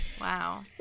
Wow